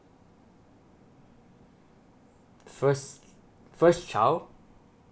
first first child